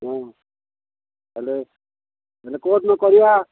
ହଁ ତାହେଲେ ତାହେଲେ କୋଉଦିନ କରିବା